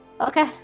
okay